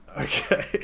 Okay